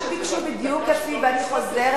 ומאחר שביקשו בדיוק כפי, ואני חוזרת,